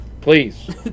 please